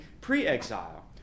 pre-exile